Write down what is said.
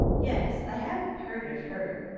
yes i hadn't heard of her.